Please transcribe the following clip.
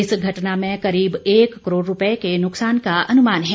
इस घटना में करीब एक करोड़ रुपये के नुकसान का अनुमान है